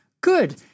good